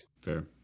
Fair